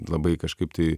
labai kažkaip tai